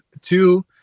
two